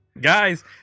guys